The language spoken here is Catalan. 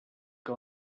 que